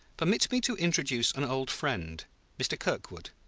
permit me to introduce an old friend mr. kirkwood.